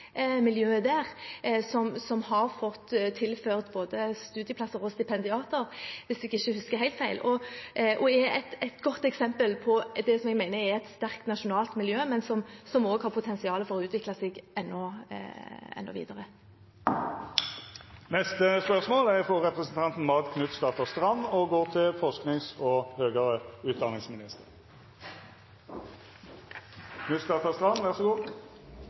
der, som har fått tilført både studieplasser og stipendiater, hvis jeg ikke husker helt feil, og er et godt eksempel på det jeg mener er et sterkt nasjonalt miljø, men som også har potensial for å utvikle seg videre. «I en tid der alle virksomheter er